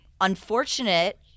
unfortunate